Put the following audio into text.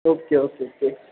okay okay okay